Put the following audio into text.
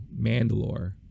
Mandalore